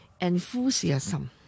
enthusiasm